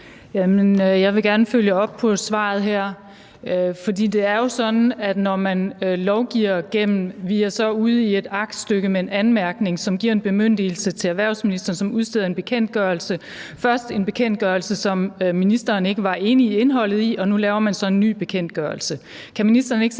Jeg vil gerne følge op på svaret her, fordi det jo er sådan, at man lovgiver gennem et aktstykke med en anmærkning, som giver en bemyndigelse til erhvervsministeren, som udsteder en bekendtgørelse – først en bekendtgørelse, som ministeren ikke var enig i indholdet af, og nu laver man så en ny bekendtgørelse. Kan ministeren ikke selv